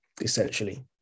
essentially